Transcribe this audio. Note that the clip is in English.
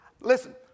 Listen